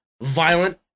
violent